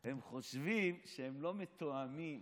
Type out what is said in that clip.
הם חושבים שהם לא מתואמים.